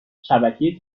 نوشتشبکه